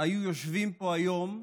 היו יושבים פה היום,